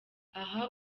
aha